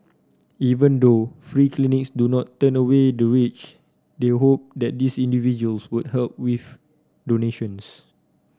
even though free clinics do not turn away the rich they hope that these individuals would help with donations